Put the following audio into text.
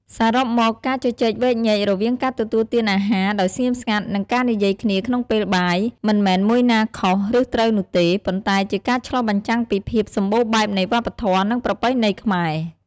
សរុបមក ការជជែកវែកញែករវាងការទទួលទានអាហារដោយស្ងៀមស្ងាត់ និងការនិយាយគ្នាក្នុងពេលបាយ មិនមែនមួយណាខុស ឬត្រូវនោះទេ ប៉ុន្តែជាការឆ្លុះបញ្ចាំងពីភាពសម្បូរបែបនៃវប្បធម៌ និងប្រពៃណីខ្មែរ។